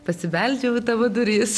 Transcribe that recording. pasibeldžiau į tavo duris